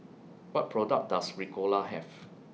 What products Does Ricola Have